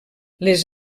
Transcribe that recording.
les